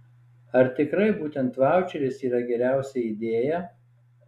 ar tikrai būtent vaučeris yra geriausia idėja